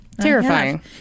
Terrifying